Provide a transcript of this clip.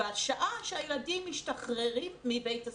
בשעה שהילדים משתחררים מבית הספר.